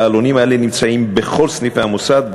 והעלונים האלה נמצאים בכל סניפי המוסד,